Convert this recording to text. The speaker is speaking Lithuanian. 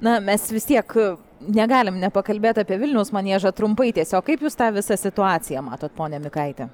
na mes vis tiek negalim nepakalbėt apie vilniaus maniežą trumpai tiesiog kaip jūs tą visą situaciją matot pone mikaiti